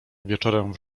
wieczorem